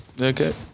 Okay